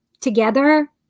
together